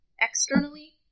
externally